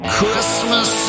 Christmas